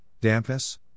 dampness